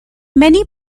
many